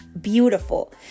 beautiful